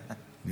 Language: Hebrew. יחיד.